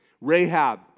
Rahab